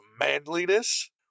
manliness